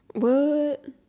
what